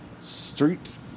Street